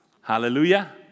Hallelujah